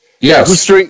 Yes